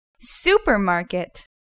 Supermarket